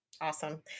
Awesome